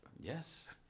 Yes